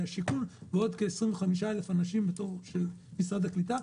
והשיכון ועוד כ-25,000 אנשים בתור של משרד הקליטה,